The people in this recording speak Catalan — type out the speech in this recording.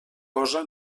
cosa